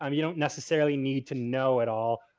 um you don't necessarily need to know it all.